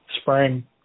spring